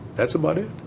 that's about it.